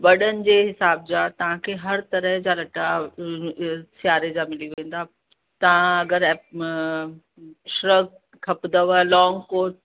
वॾनि जे हिसाब जा तव्हांखे हर तरह जा लटा सिआरे जा मिली वेंदा तव्हां अगरि एप श्रग खपंदव लॉंग कोट